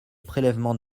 prélèvement